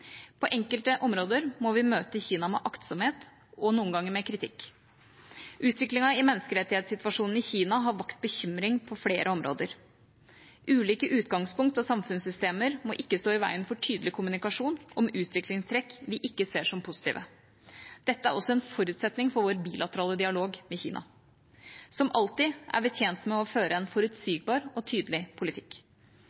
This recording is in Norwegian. På enkelte områder må vi møte Kina med aktsomhet og noen ganger med kritikk. Utviklingen i menneskerettighetssituasjonen i Kina har vakt bekymring på flere områder. Ulike utgangspunkt og samfunnssystemer må ikke stå i veien for tydelig kommunikasjon om utviklingstrekk vi ikke ser som positive. Dette er også en forutsetning for vår bilaterale dialog med Kina. Som alltid er vi tjent med å føre en